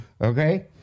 Okay